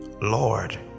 Lord